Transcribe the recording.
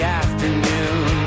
afternoon